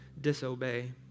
disobey